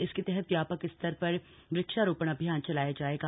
इसके तहत व्यापक स्तर पर वृक्षारोपण अभियान चलाया जाएगा